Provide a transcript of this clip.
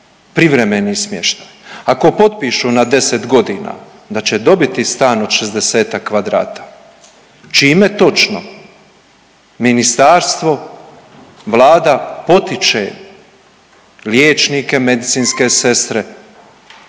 privremeni smještaj. Ako potpišu na 10 godina da će dobiti stan od 60-ak kvadrata, čime točno ministarstvo, Vlada potiče liječnike, medicinske sestre